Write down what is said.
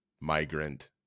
migrant